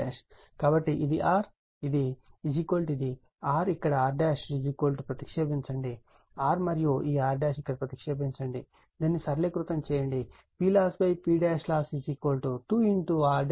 కాబట్టి ఇది R ఇది R ఇక్కడ R ప్రతిక్షేపించండి R మరియు ఈ R ఇక్కడ ప్రతిక్షేపించండి దీనిని సరళీకృతం చేస్తే PLOSSPLOSS2 r2r2 లభిస్తుంది